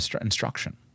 instruction